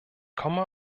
komme